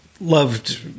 Loved